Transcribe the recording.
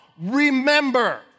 remember